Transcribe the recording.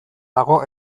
dago